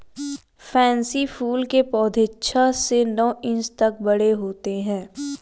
pansy फूल के पौधे छह से नौ इंच तक बड़े होते हैं